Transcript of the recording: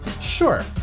Sure